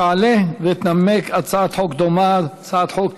תעלה ותנמק הצעת חוק דומה, הצעת חוק